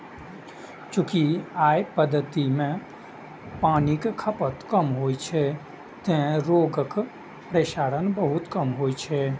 चूंकि अय पद्धति मे पानिक खपत कम होइ छै, तें रोगक प्रसार बहुत कम होइ छै